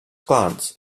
glance